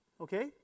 okay